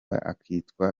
akitwa